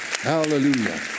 Hallelujah